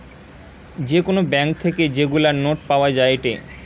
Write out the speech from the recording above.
যে কোন ব্যাঙ্ক থেকে যেগুলা নোট পাওয়া যায়েটে